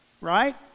Right